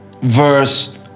verse